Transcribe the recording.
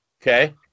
Okay